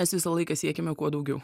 mes visą laiką siekiame kuo daugiau